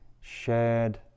shared